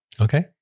Okay